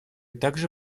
также